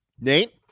Nate